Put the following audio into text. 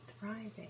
Thriving